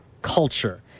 Culture